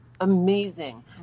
amazing